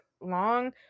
long